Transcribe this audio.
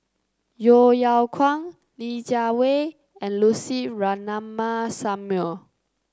Yeo Yeow Kwang Li Jiawei and Lucy Ratnammah Samuel